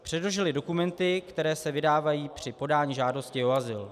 Předložili dokumenty, které se vydávají při podání žádosti o azyl.